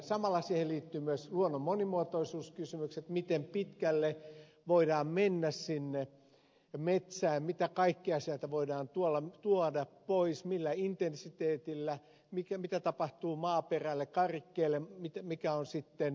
samalla siihen liittyy myös luonnon monimuotoisuuskysymykset miten pitkälle voidaan mennä sinne metsään mitä kaikkea sieltä voidaan tuoda pois millä intensiteetillä mitä tapahtuu maaperälle karikkeelle mikä on sitten hiilinielun merkitys